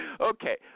Okay